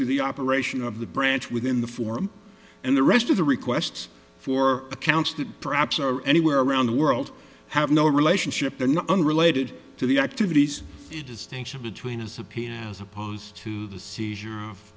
to the operation of the branch within the form and the rest of the requests for accounts that perhaps are anywhere around the world have no relationship they're not unrelated to the activities it is thinks of between as a piano as opposed to the seizure of